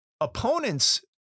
opponents